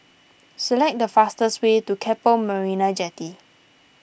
select the fastest way to Keppel Marina Jetty